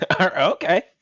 Okay